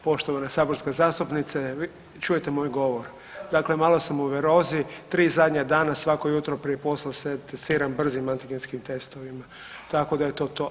Poštovana saborska zastupnice čujete moj govor, dakle malo sam u virozi, tri zadnja dana svako jutro prije posla se testiram brzim antigenskim testovima, tako da je to to.